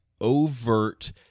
overt